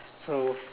so